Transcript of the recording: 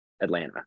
Atlanta